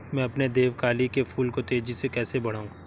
मैं अपने देवकली के फूल को तेजी से कैसे बढाऊं?